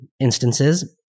instances